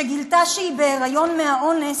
כשגילתה שהיא בהיריון מהאונס,